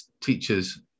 teachers